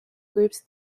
groups